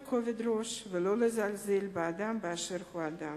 כובד הראש ולא לזלזל באדם באשר הוא אדם.